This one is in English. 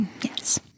Yes